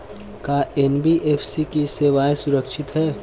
का एन.बी.एफ.सी की सेवायें सुरक्षित है?